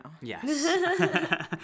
Yes